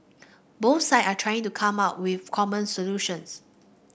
both side are trying to come up with common solutions